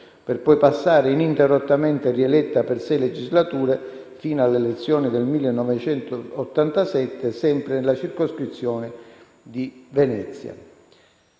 per poi essere ininterrottamente rieletta per sei legislature, fino all'elezione del 1987, sempre nella circoscrizione di Venezia.